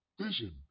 vision